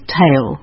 tail